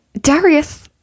Darius